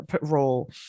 role